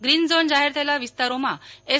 green zone જાહેર થયેલા વિસ્તારોમાં એસ